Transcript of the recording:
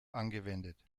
angewendet